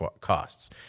costs